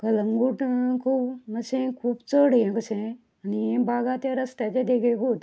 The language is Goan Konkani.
कळंगूट खूब मातशें खूब हें कशें आनी हें बागा त्या रस्त्याच्या देगेकूत